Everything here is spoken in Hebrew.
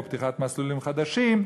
כמו פתיחת מסלולים חדשים.